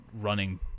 running